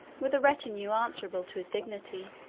with a retinue answerable to his dignity.